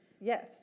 Yes